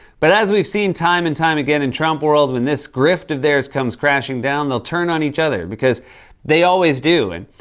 but, as we've seen, time and time again in trump world, when this grift of theirs comes crashing down, they'll turn on each other, because they always do, and,